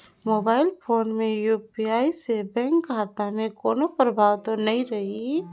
Mobile phone मे UPI से bank खाता मे कोनो प्रभाव तो नइ रही?